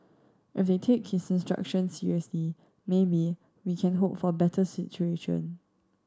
if they take his instructions seriously maybe we can hope for better situation